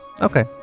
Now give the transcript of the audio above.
Okay